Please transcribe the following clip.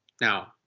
now